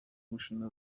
gushima